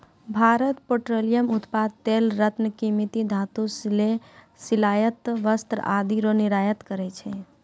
Bharat petroleum उत्पाद तेल रत्न कीमती धातु सिले सिलायल वस्त्र आदि रो निर्यात करै छै